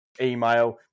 Email